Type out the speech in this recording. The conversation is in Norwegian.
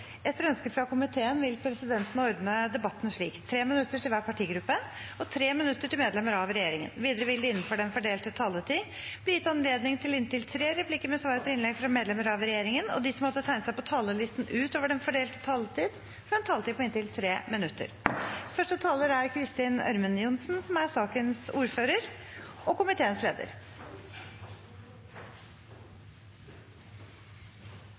Etter ønske fra justiskomiteen vil presidenten ordne debatten slik: 5 minutter til hver partigruppe og 5 minutter til medlemmer av regjeringen. Videre vil presidenten foreslå at det – innenfor den fordelte taletid – blir gitt anledning til inntil fem replikker med svar etter innlegg fra medlemmer av regjeringen, og at de som måtte tegne seg på talerlisten utover den fordelte taletid, får en taletid på inntil 3 minutter.